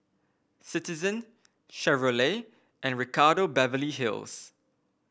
Citizen Chevrolet and Ricardo Beverly Hills